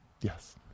Yes